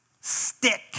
Stick